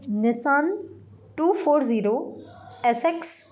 Nissan two four zero S X